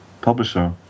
publisher